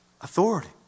authority